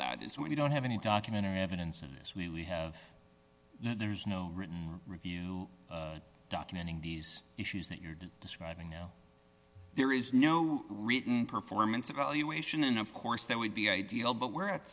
that is when you don't have any documentary evidence and there's no written review documenting these issues that you're describing now there is no written performance evaluation and of course that would be ideal but we're at